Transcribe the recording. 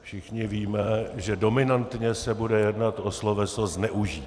Všichni víme, že dominantně se bude jednat o sloveso zneužít.